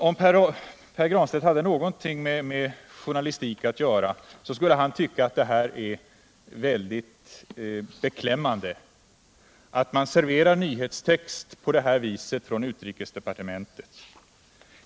Om Pär Granstedt hade någonting med journalistik att göra skulle han tycka att det är beklämmande att utrikesdepartementet serverar nyhetstext på det här viset.